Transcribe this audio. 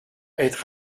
être